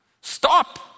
stop